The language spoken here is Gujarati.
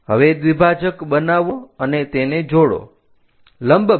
હવે દ્વિભાજક બનાવો અને તેને જોડો લંબ બનાવો